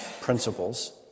principles